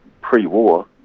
pre-war